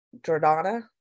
jordana